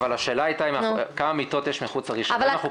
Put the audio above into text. השאלה הייתה כמה מיטות יש מחוץ לרישיון.